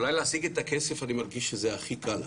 אני מרגיש שלהשיג את הכסף זה היה הכי קל,